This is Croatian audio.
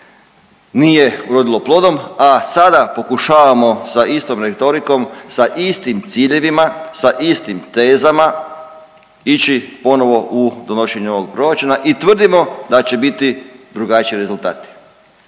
nije urodilo plodom, a sada pokušavamo sa istom retorikom sa istim ciljevima, sa istim tezama ići ponovo u donošenje ovog proračuna i tvrdimo da će biti drugačiji rezultati.